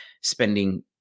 spending